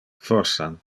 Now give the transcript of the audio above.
forsan